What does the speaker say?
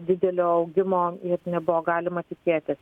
didelio augimo ir nebuvo galima tikėtis